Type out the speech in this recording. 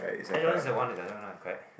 Air Jordans is the one that I correct